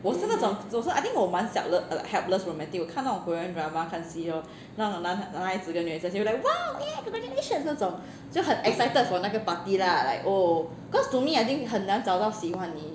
我是那种总之 I think 我蛮 like helpless romantic 我看那种 korean drama 看戏 hor 那种男孩子跟女人子就有那种 !wow! man congratulations 那种就很 excited for 那个 party lah oh cause to me I think 很难找到喜欢你